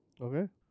Okay